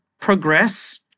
progress